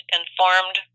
informed